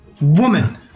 woman